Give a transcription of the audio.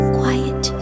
quiet